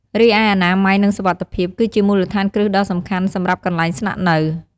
រីឯអនាម័យ និងសុវត្ថិភាព គឺជាមូលដ្ឋានគ្រឹះដ៏សំខាន់សម្រាប់កន្លែងស្នាក់នៅ។